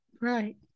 Right